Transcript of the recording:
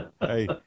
Hey